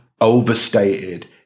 overstated